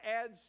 adds